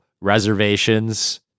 reservations